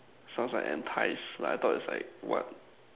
sounds like entice like I thought is like what